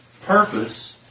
purpose